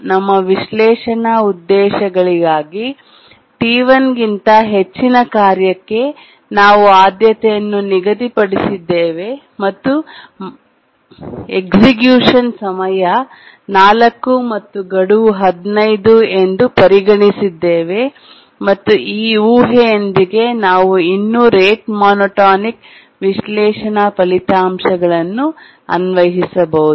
ನಮ್ಮ ವಿಶ್ಲೇಷಣಾ ಉದ್ದೇಶಗಳಿಗಾಗಿ T1 ಗಿಂತ ಹೆಚ್ಚಿನ ಕಾರ್ಯಕ್ಕೆ ನಾವು ಆದ್ಯತೆಯನ್ನು ನಿಗದಿಪಡಿಸಿದ್ದೇವೆ ಮತ್ತು ಕಾರ್ಯಗತಗೊಳ್ಳುವ ಸಮಯ 4 ಮತ್ತು ಗಡುವು 15 ಎಂದು ಪರಿಗಣಿಸಿದ್ದೇವೆ ಮತ್ತು ಈ ಊಹೆಯೊಂದಿಗೆ ನಾವು ಇನ್ನೂ ರೇಟ್ ಮೋನೋಟೋನಿಕ್ ವಿಶ್ಲೇಷಣಾ ಫಲಿತಾಂಶಗಳನ್ನು ಅನ್ವಯಿಸಬಹುದು